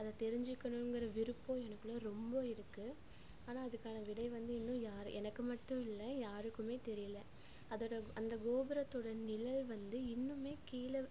அதை தெரிஞ்சிக்கணுங்கிற விருப்பம் எனக்குள்ளே ரொம்ப இருக்கு ஆனால் அதுக்கான விடை வந்து இன்னும் எனக்கு மட்டும் இல்லை யாருக்கும் தெரியலை அதோடு அந்த கோபுரத்தோட நிழல் வந்து இன்னும் கீழே